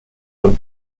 von